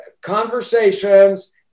conversations